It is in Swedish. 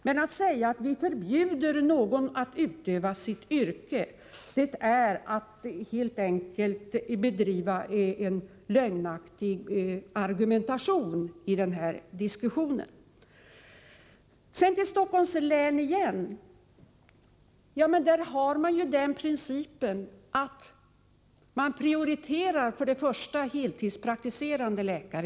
Men att säga att vi förbjuder någon att utöva sitt yrke är helt enkelt att bedriva en lögnaktig argumentation i den här diskussionen. Så till Stockholms län igen. Där har man ju den principen att man prioriterar heltidspraktiserande läkare.